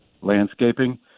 landscaping